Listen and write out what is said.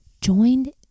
joined